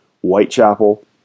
Whitechapel